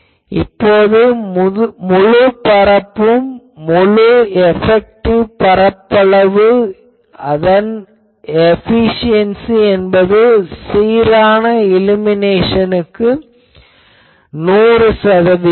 இப்போது முழு பரப்பும் முழு எபெக்டிவ் பரப்பளவு அதன் ஏபிசியென்சி என்பது சீரான இலுமினேஷனுக்கு 100 சதவிகிதம்